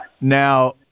Now –